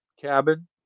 cabin